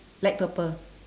light purple